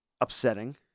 upsetting